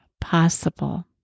possible